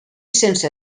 sense